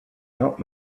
help